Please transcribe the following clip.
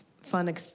fun